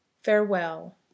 Farewell